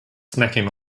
snacking